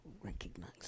recognize